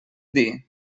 dir